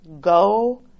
Go